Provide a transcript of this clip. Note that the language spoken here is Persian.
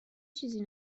چیزی